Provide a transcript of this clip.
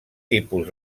tipus